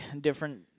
different